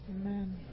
Amen